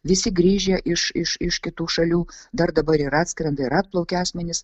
visi grįžę iš iš iš kitų šalių dar dabar ir atskrenda ir atplaukia asmenys